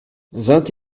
vingt